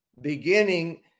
beginning